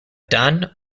dan